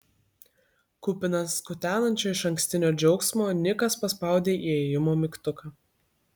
kupinas kutenančio išankstinio džiaugsmo nikas paspaudė įėjimo mygtuką